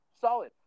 Solid